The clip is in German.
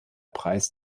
preis